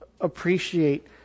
appreciate